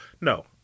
No